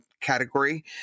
category